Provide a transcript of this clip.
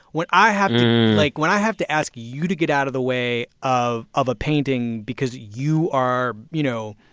when i have to like, when i have to ask you to get out of the way of of a painting because you are, you know,